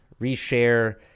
reshare